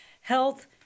health